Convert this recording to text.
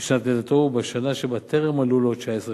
בשנת לידתו עד השנה שבה טרם מלאו לו 19 שנה,